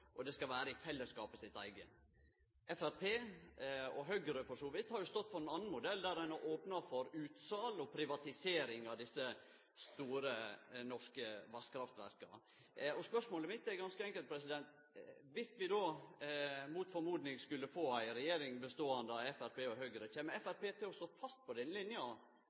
og det skal vere i fellesskapet sitt eige. Framstegspartiet – og Høgre for så vidt – har stått for ein annan modell der ein har opna for utsal og privatisering av desse store norske vasskraftverka. Spørsmålet mitt er ganske enkelt: Dersom vi – mot det ein skulle vente seg – skulle få ei regjering beståande av Framstegspartiet og Høgre, kjem Framstegspartiet til å stå fast på den linja